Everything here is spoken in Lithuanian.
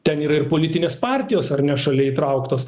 ten yra ir politinės partijos ar ne šalia įtrauktos